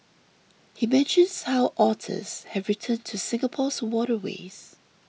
he mentions how otters have returned to Singapore's waterways